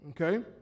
Okay